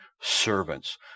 servants